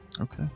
Okay